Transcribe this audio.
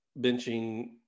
benching